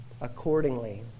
accordingly